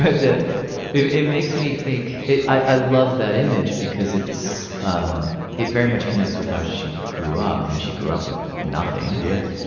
but it it makes me think i love that image because it's um it very much connects with how she grew up. i mean, she grew up with nothing. yeah.